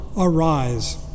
arise